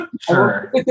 sure